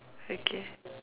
okay